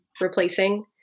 replacing